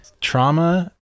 trauma